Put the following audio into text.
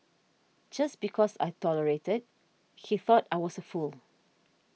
just because I tolerated he thought I was a fool